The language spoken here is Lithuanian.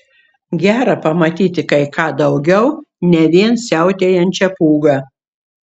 gera pamatyti kai ką daugiau ne vien siautėjančią pūgą